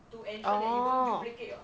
orh